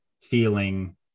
feeling